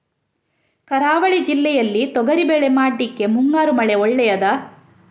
ಕರಾವಳಿ ಜಿಲ್ಲೆಯಲ್ಲಿ ತೊಗರಿಬೇಳೆ ಮಾಡ್ಲಿಕ್ಕೆ ಮುಂಗಾರು ಮಳೆ ಒಳ್ಳೆಯದ?